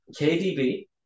KDB